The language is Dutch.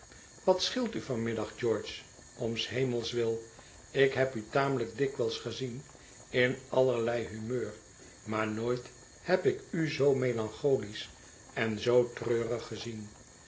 wat scheelt u van middag george om s hemels wil ik heb u tamelijk dikwijls gezien in allerlei humeur maar nooit heb ik u zoo melancholisch en zoo treurig gezien